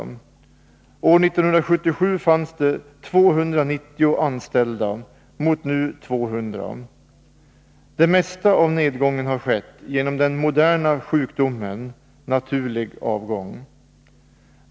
År 1977 fanns det 290 anställda, nu finns det 200. Det mesta av nedgången beror på den moderna sjukdomen ”naturlig avgång”.